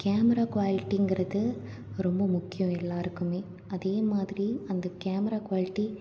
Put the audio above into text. camera குவாலிட்டிங்கிறது ரொம்ப முக்கியம் எல்லாருக்குமே அதே மாதிரி அந்த கேமரா குவாலிட்டி